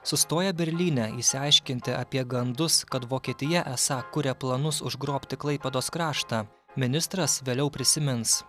sustoja berlyne išsiaiškinti apie gandus kad vokietija esą kuria planus užgrobti klaipėdos kraštą ministras vėliau prisimins